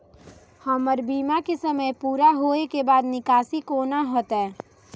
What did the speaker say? हमर बीमा के समय पुरा होय के बाद निकासी कोना हेतै?